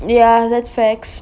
ya that's facts